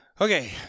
Okay